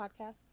podcast